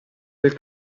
del